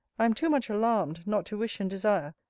i am too much alarmed, not to wish and desire,